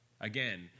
Again